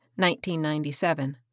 1997